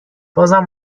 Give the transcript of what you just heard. بازم